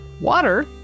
Water